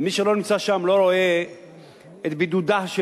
ומי שלא נמצא שם לא רואה את בידודה של